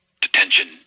detention